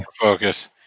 Focus